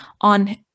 on